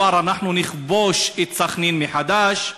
אמר: אנחנו נכבוש את סח'נין מחדש.